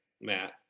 Matt